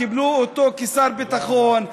קיבלו אותו כשר ביטחון.